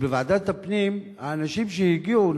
בוועדת הפנים האנשים שהגיעו,